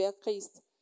Christ